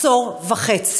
עכשיו זו תקופה קשה,